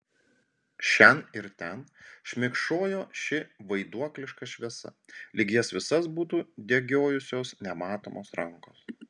šen ir ten šmėkšojo ši vaiduokliška šviesa lyg jas visas būtų degiojusios nematomos rankos